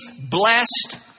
blessed